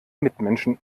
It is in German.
mitmenschen